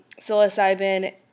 psilocybin